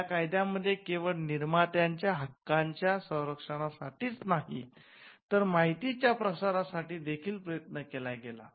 या कायद्या मध्ये केवळ निर्मात्यांच्या हक्कांच्या संरक्षणासाठीच नाही तर माहितीच्या प्रसारासाठी देखील प्रयत्न केला गेला